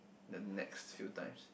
the next few times